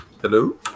Hello